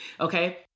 Okay